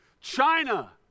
China